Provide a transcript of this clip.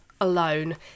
alone